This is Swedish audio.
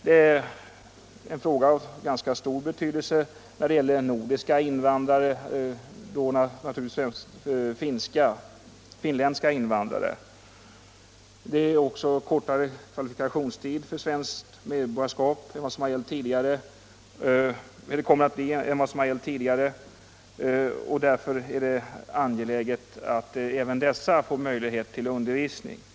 Denna Fredagen den fråga har ganska stor betydelse när det gäller nordiska invandrare, na 14 maj 1976 turligtvis framför allt de finländska. Det kommer också att bli en kortare kvalifikationstid för svenskt medborgarskap än vad som gällt hittills; — Rätt till ledighet och och därför är det angeläget att även dessa invandrare får möjlighet till — fön vid deltagande i svenskundervisning.